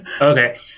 Okay